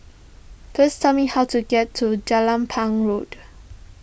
please tell me how to get to Jelapang Road